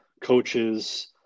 coaches